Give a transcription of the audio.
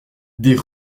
des